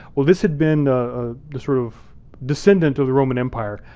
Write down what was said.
well, this had been ah the sort of descendant of the roman empire,